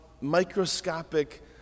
microscopic